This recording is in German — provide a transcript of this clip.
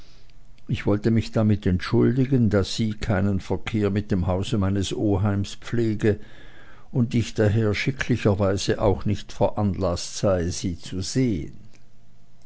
ich wollte mich damit entschuldigen daß sie keinen verkehr mit dem hause meines oheims pflege und ich daher schicklicherweise auch nicht veranlaßt sei sie zu sehen